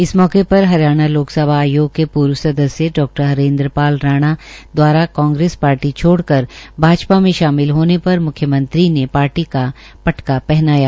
इस मौके पर हरियाणा लोक सेवा आयोग के पूर्व सदस्य डा हरेन्द्र पाल राणा द्वारा कांग्रेस पार्टी छोड़कर भाजपा में शामिल होने पर मुख्यमंत्री ने पार्टी का पटका पहनाया